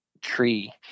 tree